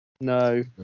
No